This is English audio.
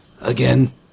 Again